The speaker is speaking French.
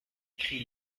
écrit